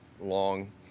long